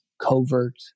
covert